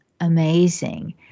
amazing